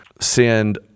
send